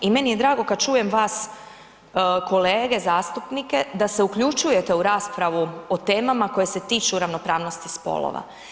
I meni je drago kad čujem vas kolege zastupnike da se uključujete u raspravu o temama koje se tiču ravnopravnosti spolova.